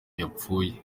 yapfuye